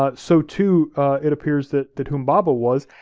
ah so too it appears that that humbaba was,